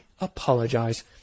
apologize